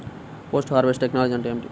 Post harvest technology అంటే ఏమిటి?